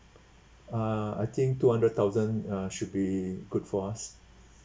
uh I think two hundred thousand uh should be good for us